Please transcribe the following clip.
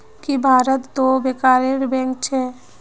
की भारतत तो बैंकरेर बैंक छेक